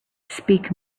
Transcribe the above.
speak